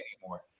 anymore